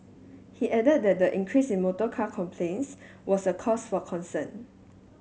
he added that the increase in motorcar complaints was a cause for concern